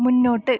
മുന്നോട്ട്